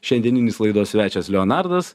šiandieninis laidos svečias leonardas